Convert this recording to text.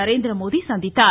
நரேந்திரமோடி சந்தித்தார்